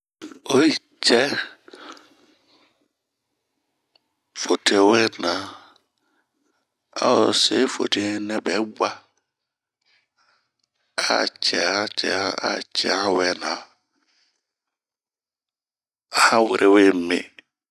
Oyi cɛ fotowe wɛɛna, ao se fotowe nɛ bɛɛ gua, a cɛhan, cɛhan wɛna ,aha werewe miin.